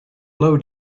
low